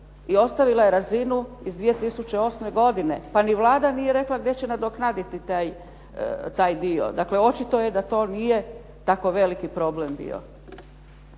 i ostavila je razinu iz 2008. godine. Pa ni Vlada nije rekla gdje će nadoknaditi taj dio. Dakle, očito je da to nije tako veliki problem bio.